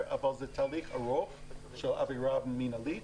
אבל זה תהליך ארוך של עבירה מינהלית.